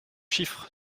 chiffres